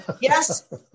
Yes